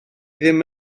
ddim